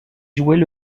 jouait